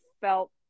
felt